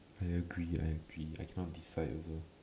I agree I agree I cannot decide also